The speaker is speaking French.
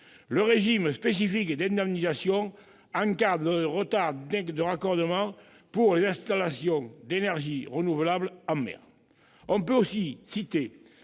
régime spécifique d'indemnisation en cas de retard de raccordement pour les installations d'énergies renouvelables en mer. On peut aussi citer